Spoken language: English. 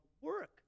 work